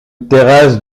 terrasse